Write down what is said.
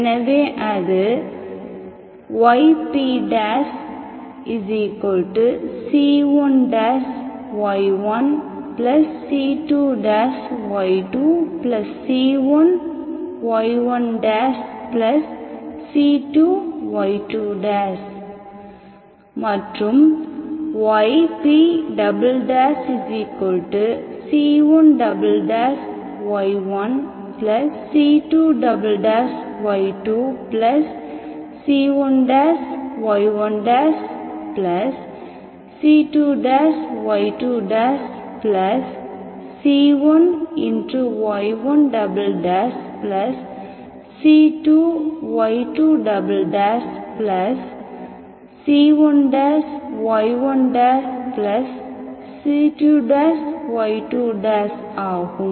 எனவே அது ypc1y1c2y2c1y1c2y2 மற்றும் ypc1y1c2y2c1y1c2y2c1y1c2y2c1y1c2y2 ஆகும்